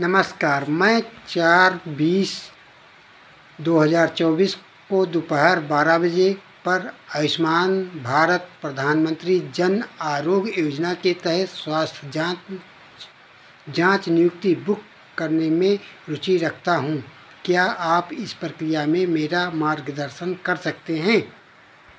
नमस्कार मैं चार बीस दो हज़ार चौबीस को दोपहर बारह बजे पर आयुष्मान भारत प्रधानमन्त्री जन आरोग्य योजना के तहत स्वास्थ्य जाँच जाँच नियुक्ति बुक करने में रुचि रखता हूँ क्या आप इस प्रक्रिया में मेरा मार्गदर्शन कर सकते हैं